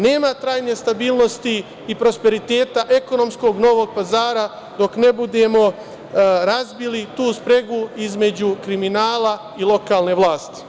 Nema krajnje stabilnosti i prosperiteta ekonomskog Novog Pazara dok ne budemo razbili tu spregu između kriminala i lokalne vlasti.